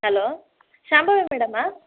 hello Shambhavi ಮೇಡಮ್ಮಾ